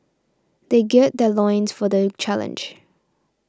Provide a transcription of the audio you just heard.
they gird their loins for the challenge